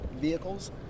vehicles